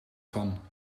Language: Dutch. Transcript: van